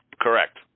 Correct